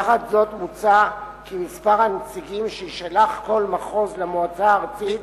תחת זאת מוצע כי מספר הנציגים שישלח כל מחוז למועצה הארצית,